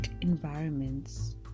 environments